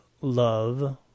love